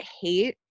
hate